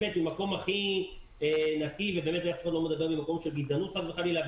ממקום הכי נקי ואף אחד לא מדבר ממקום של גזענות חס וחלילה,